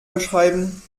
beschreiben